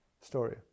story